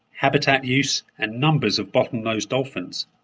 habitat use and numbers of bottlenose dolphins.